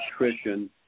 nutrition